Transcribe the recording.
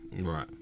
Right